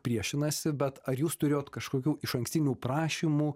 priešinasi bet ar jūs turėjot kažkokių išankstinių prašymų